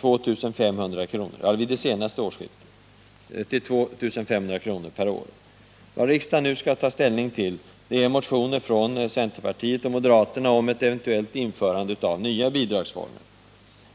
2 500 kr. per år. Vad riksdagen nu skall ta ställning till är motioner från centerpartiet och moderaterna om ett eventuellt införande av nya bidragsformer.